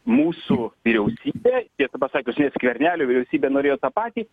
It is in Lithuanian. mūsų vyriausybė tiesą pasakius net skvernelio vyriausybė norėjo tą patį